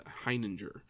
Heininger